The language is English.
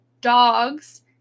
dogs